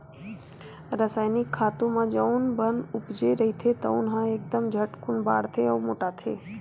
रसायनिक खातू म जउन बन उपजे रहिथे तउन ह एकदम झटकून बाड़थे अउ मोटाथे